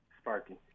Sparky